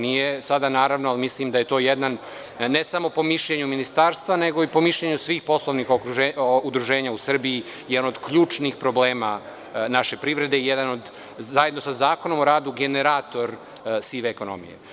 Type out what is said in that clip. Nije sada u budžetu, ali mislim da je to, ne samo po mišljenju ministarstva nego i po mišljenju svih poslovnih udruženja u Srbiji, jedan od ključnih problema naše privrede i zajedno sa Zakonom o radu generator sive ekonomije.